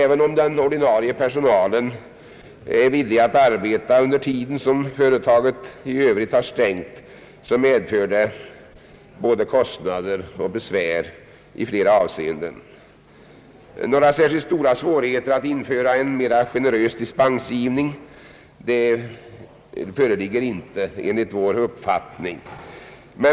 även om den ordinarie personalen är villig att arbeta under tid då ett företag har stängt medför detta både kostnader och besvär i flera avseenden. Några särskilt stora svårigheter att införa en mera generös dispensgivning föreligger inte enligt vår uppfattning.